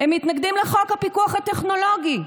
הם מתנגדים לחוק הפיקוח הטכנולוגי,